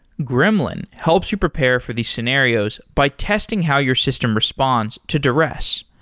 gremlin helps you prepare for these scenarios by testing how your system responds to duress.